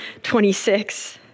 26